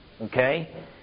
Okay